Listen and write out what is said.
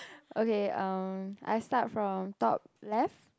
okay um I start from top left